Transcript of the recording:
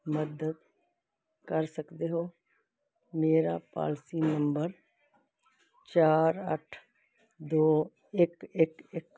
ਮਦਦ ਕਰ ਸਕਦੇ ਹੋ ਮੇਰਾ ਪਾਲਿਸੀ ਨੰਬਰ ਚਾਰ ਅੱਠ ਦੋ ਇੱਕ ਇੱਕ ਇੱਕ